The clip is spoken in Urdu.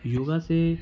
یوگا سے